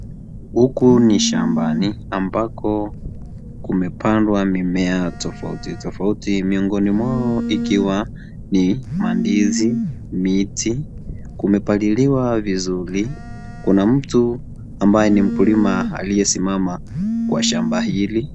Huku ni shambani ambako kumepandwa mimea tofauti tofoauti miongoni mwao ikiwa ni mandizi, miti kumepaliliwa vizuri kuna mtu ambaye ni mkulima aliyesimama kwa shamba hili.